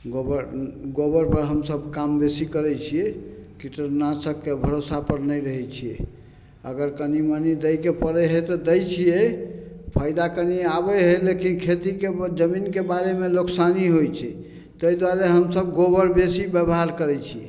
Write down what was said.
गोबर गोबर पर हमसब काम बेसी करैत छियै कीटनाशकके भरोसा पर नहि रहैत छियै अगर कनी मनी दैके पड़ैत हय तऽ दै छियै फायदा कनी आबैत हय लेकिन खेतीके जमीनके बारेमे नोकसानी होयत छै ताहि दुआरे हमसब गोबर बेसी बेबहार करैत छियै